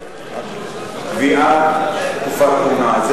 קביעת תקופת כהונה.